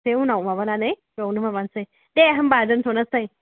दे उनाव माबानानै बेवनो माबानोसै दे होमब्ला दोन्थ'नोसै